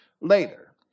Later